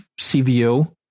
CVO